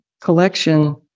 collection